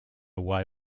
way